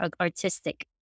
artistic